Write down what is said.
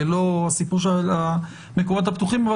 ולא הסיפור של המקומות הפתוחים.